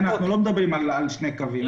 אנחנו לא מדברים על שני קווים,